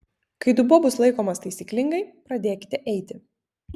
kai dubuo bus laikomas taisyklingai pradėkite eiti